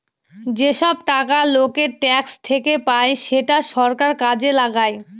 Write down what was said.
যেসব টাকা লোকের ট্যাক্স থেকে পায় সেটা সরকার কাজে লাগায়